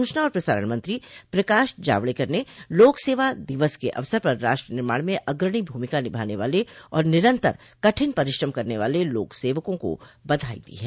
सूचना और प्रसारण मंत्री प्रकाश जावड़ेकर ने लोकसेवा दिवस के अवसर पर राष्ट्र निर्माण में अग्रणी भूमिका निभाने वाले और निरन्तरर कठिन परिश्रम करने वाले लोकसवकों को बधाई दी है